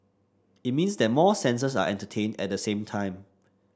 it means that more senses are entertained at the same time